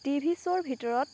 TV শ্বৰ ভিতৰত